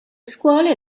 scuole